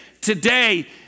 today